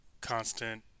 constant